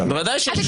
מי נמנע?